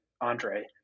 Andre